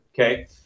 Okay